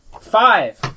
Five